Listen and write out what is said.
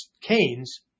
canes